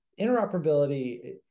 interoperability